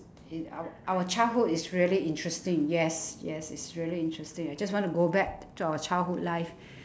in our our childhood is really interesting yes yes it's really interesting I just wanna go back to our childhood life